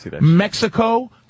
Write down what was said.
Mexico